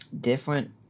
different